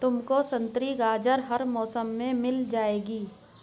तुमको संतरी गाजर हर मौसम में मिल जाएगी